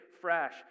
fresh